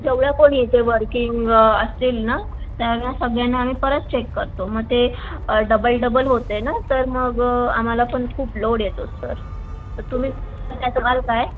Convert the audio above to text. तेवढं कोण येतं वर्किंग असतील ना त्यांना सगळ्यांना आम्ही परत चेक करतो मग ते डबल डबल होते ना तर मग आम्हाला पण खूप लोड येतो सर तर तुम्ही वाल काय